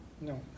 No